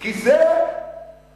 כי זה קודש-קודשים.